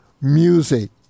Music